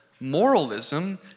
moralism